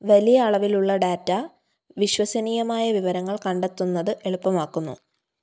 വലിയ അളവിലുള്ള ഡാറ്റ വിശ്വസനീയമായ വിവരങ്ങൾ കണ്ടെത്തുന്നത് എളുപ്പമാക്കുന്നു